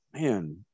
man